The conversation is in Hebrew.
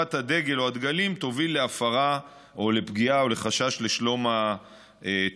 שהנפת הדגל או הדגלים תוביל להפרה או לפגיעה או לחשש לשלום הציבור.